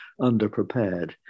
underprepared